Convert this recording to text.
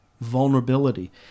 vulnerability